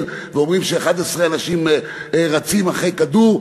ואומרים ש-11 אנשים רצים אחרי כדור.